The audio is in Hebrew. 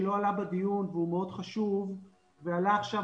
שלא עלה בדיון והוא מאוד חשוב ועלה עכשיו